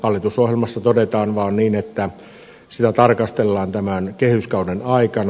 hallitusohjelmassa todetaan vaan niin että sitä tarkastellaan tämän kehyskauden aikana